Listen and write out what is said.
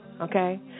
okay